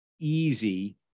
easy